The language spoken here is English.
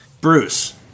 Bruce